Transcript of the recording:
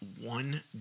one